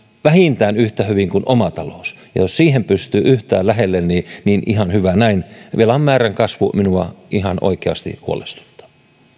vähintään yhtä hyvin kuin oma talous ja jos siihen pystyy yhtään lähelle niin niin ihan hyvä näin velan määrän kasvu minua ihan oikeasti huolestuttaa